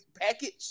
package